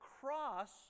cross